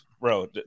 bro